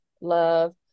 love